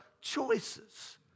choices